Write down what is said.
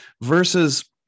versus